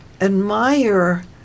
admire